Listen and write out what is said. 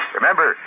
Remember